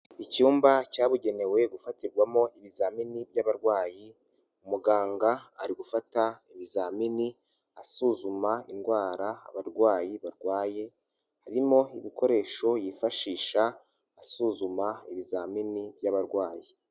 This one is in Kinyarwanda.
Icyumba cyabugenewe gufatirwamo ibizamini by'abarwayi, muganga ari gufata ibizamini asuzuma indwara abarwayi barwaye, harimo ibikoresho yifashisha asuzuma ibizamini by'abarwayi.